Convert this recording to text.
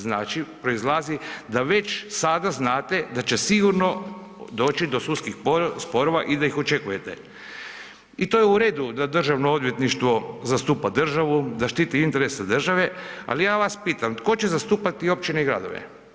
Znači proizlazi da već sada znate da će sigurno doći do sudskih sporova i da ih očekujete, i to je u redu da Državno odvjetništvo zastupa državu, da štiti interese države, ali ja vas pitam, tko će zastupati općine i gradove?